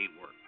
work